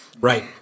Right